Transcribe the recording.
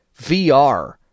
VR